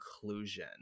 conclusion